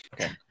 okay